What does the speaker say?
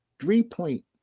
Three-point